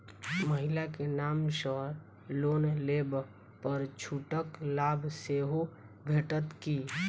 महिला केँ नाम सँ लोन लेबऽ पर छुटक लाभ सेहो भेटत की?